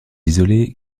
isolé